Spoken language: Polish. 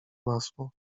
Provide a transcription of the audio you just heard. masło